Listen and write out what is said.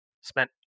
spent